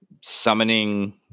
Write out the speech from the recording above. summoning